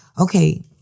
okay